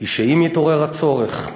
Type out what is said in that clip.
היא שאם יתעורר הצורך,